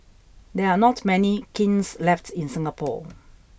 there are not many kilns left in Singapore